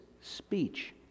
speech